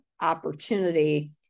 opportunity